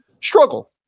struggle